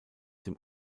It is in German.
dem